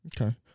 Okay